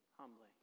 humbly